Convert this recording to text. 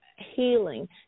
Healing